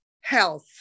Health